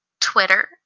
Twitter